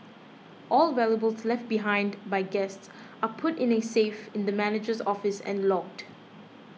all valuables left behind by guests are put in a safe in the manager's office and logged